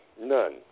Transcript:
none